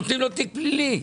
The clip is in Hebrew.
נותנים לו תיק פלילי.